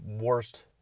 worst